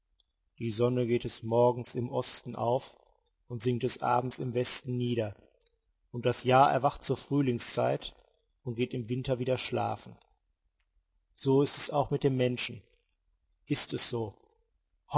die sonne geht des morgens im osten auf und sinkt des abends im westen nieder und das jahr erwacht zur frühlingszeit und geht im winter wieder schlafen so ist es auch mit dem menschen ist es so